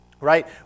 Right